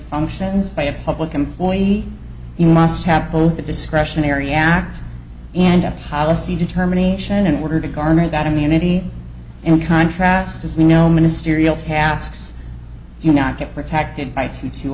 functions by a public employee you must have both the discretionary act and up policy determination in order to garner that immunity in contrast as we know ministerial tasks do not get protected by t